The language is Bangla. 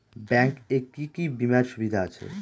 ব্যাংক এ কি কী বীমার সুবিধা আছে?